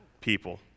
people